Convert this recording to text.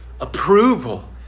approval